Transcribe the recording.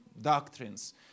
doctrines